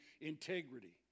integrity